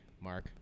Mark